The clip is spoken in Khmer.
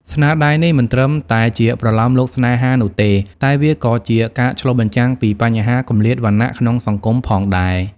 ស្នាដៃនេះមិនត្រឹមតែជាប្រលោមលោកស្នេហានោះទេ តែវាក៏ជាការឆ្លុះបញ្ចាំងពីបញ្ហាគម្លាតវណ្ណៈក្នុងសង្គមផងដែរ។